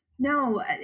No